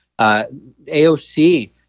AOC